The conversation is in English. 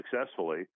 successfully